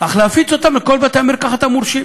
אך להפיץ אותם בכל בתי-המרקחת המורשים.